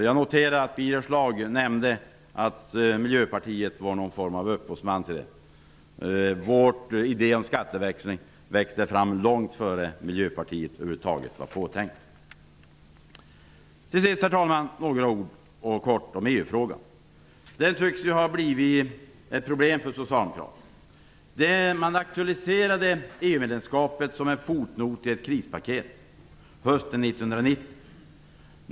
Jag noterar att Birger Schlaug nämnde att Miljöpartiet var någon form av upphovsman till skatteväxlingstanken. Vår idé om skatteväxling växte fram långt innan Miljöpartiet över huvud taget var påtänkt. Till sist, herr talman, några ord om EU-frågan. Den tycks ha blivit ett problem för medlemskapet som en fotnot i ett krispaket hösten 1990.